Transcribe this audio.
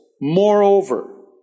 Moreover